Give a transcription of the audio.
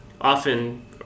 often